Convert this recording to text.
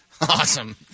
Awesome